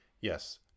Yes